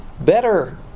better